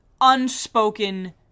unspoken